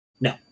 No